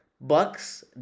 Bucks